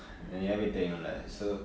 நிரையவே தெரியும்ல:nirayave theriyumla so